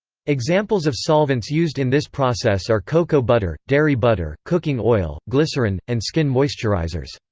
examples of solvents used in this process are cocoa butter, dairy butter, cooking oil, glycerine, and skin moisturizers.